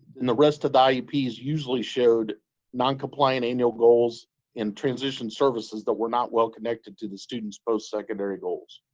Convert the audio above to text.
and the rest of the um ieps usually showed noncompliant annual goals and transition services that were not well connected to the student's postsecondary goals.